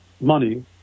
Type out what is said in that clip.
money